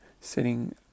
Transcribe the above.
sitting